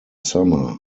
summer